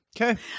Okay